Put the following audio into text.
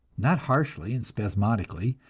not harshly and spasmodically,